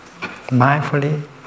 mindfully